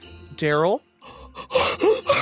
Daryl